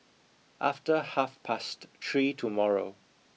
after half past three tomorrow